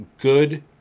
good